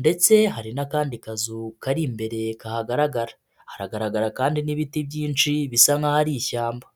ndetse hari n'akandi kazu kari imbere kahagaragara. Haragaragara kandi n'ibiti byinshi bisa nk'aho ari ishyamba.